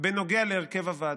בנוגע להרכב הוועדות.